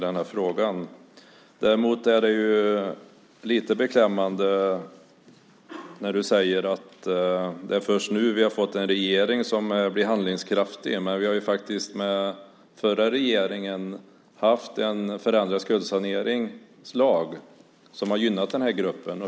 Däremot är det lite beklämmande när du säger att det är först nu vi har fått en regering som blir handlingskraftig. Vi har ju faktiskt med förra regeringen fått en förändrad skuldsaneringslag som har gynnat den här gruppen.